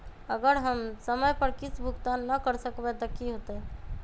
अगर हम समय पर किस्त भुकतान न कर सकवै त की होतै?